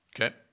Okay